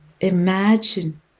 imagine